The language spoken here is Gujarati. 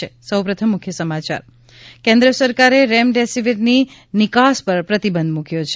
ે કેન્દ્ર સરકારે રેમડેસિવિરની નિકાસ પર પ્રતિબંધ મૂક્યો છે